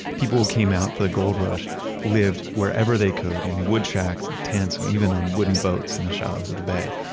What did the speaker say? people who came out for the gold rush lived wherever they could, in wood shacks and tents, and even on wooden boats in the shallows of the bay.